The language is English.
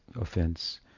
offense